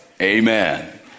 amen